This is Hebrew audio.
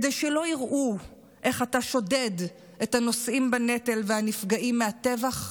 כדי שלא יראו איך אתה שודד את הנושאים בנטל והנפגעים מהטבח?